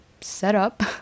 setup